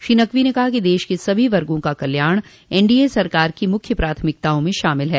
श्री नक़वी ने कहा कि देश के सभी वगा का कल्याण एनडीए सरकार की मुख्य प्राथमिकताओं में शामिल है